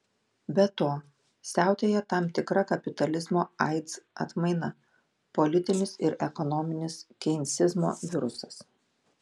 be to siautėja tam tikra kapitalizmo aids atmaina politinis ir ekonominis keinsizmo virusas